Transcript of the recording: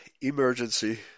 emergency